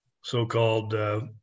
so-called